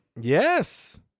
Yes